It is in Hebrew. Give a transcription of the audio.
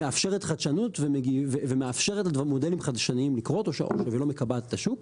מאפשרת חדשנות ומאפשרת למודלים חדשניים לקרות ולא מקבעת את השוק.